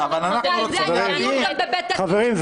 חברים,